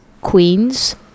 queens